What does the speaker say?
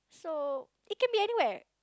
so it can be anywhere